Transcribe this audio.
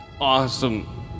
Awesome